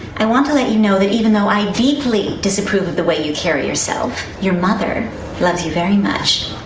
i want to let you know that even though i deeply disapprove of the way you carry yourself, your mother loves you very much,